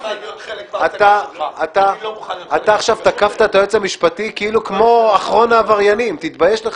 בצורה מפורשת שלא ניתן לצאת להפסקות אחרי נימוק רביזיה,